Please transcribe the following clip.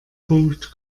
punkt